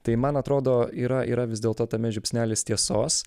tai man atrodo yra yra vis dėlto tame žiupsnelis tiesos